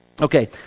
Okay